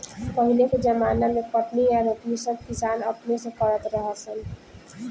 पहिले के ज़माना मे कटनी आ रोपनी सब किसान अपने से करत रहा सन